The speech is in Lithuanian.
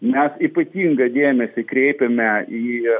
mes ypatingą dėmesį kreipiame į